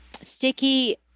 sticky